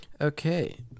Okay